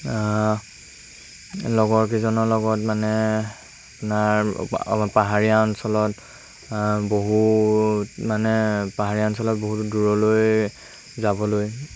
লগৰকেইজনৰ লগত মানে আপোনাৰ পাহাৰীয়া অঞ্চলত বহু মানে পাহাৰীয়া অঞ্চলত বহুত দূৰলৈ যাবলৈ